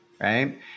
right